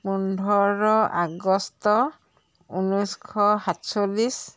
পোন্ধৰ আগষ্ট ঊনৈছশ সাতচল্লিছ